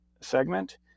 segment